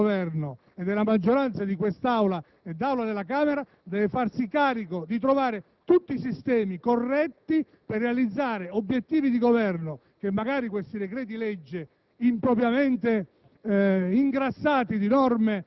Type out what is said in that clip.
credo che chi ha la responsabilità di Governo e ha la maggioranza in quest'Aula e alla Camera debba farsi carico di trovare i sistemi corretti per realizzare quegli obiettivi di Governo che magari questi decreti‑legge, impropriamente